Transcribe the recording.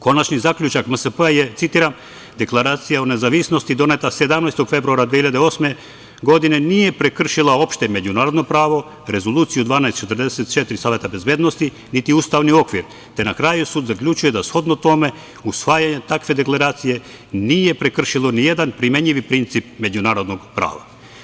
Konačni zaključak MSP je citiram – Deklaracija o nezavisnosti doneta 17. februara 2008. godine nije prekršila opšte međunarodno pravo, Rezoluciju 1244 Saveta bezbednosti, niti ustavni okvir, te na kraju sud zaključuje da shodno tome usvajanjem takve deklaracije nije prekršilo nijedan primenjivi princip međunarodnog prava.